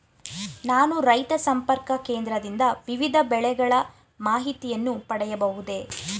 ನಾನು ರೈತ ಸಂಪರ್ಕ ಕೇಂದ್ರದಿಂದ ವಿವಿಧ ಬೆಳೆಗಳ ಮಾಹಿತಿಯನ್ನು ಪಡೆಯಬಹುದೇ?